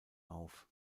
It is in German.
auf